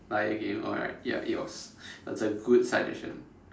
like again alright ya it was that's a good suggestion